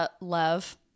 love